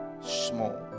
small